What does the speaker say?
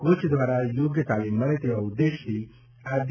coach દ્વારા યોગ્ય તાલીમ મળે તેવા ઉદ્દેશથી આ ડી